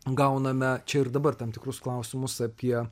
gauname čia ir dabar tam tikrus klausimus apie